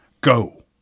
Go